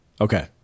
okay